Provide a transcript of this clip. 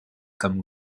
comme